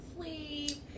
sleep